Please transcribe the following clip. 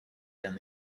than